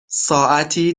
ساعتی